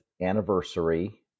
anniversary